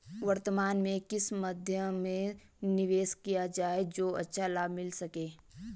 वर्तमान में किस मध्य में निवेश किया जाए जो अच्छा लाभ मिल सके?